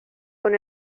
con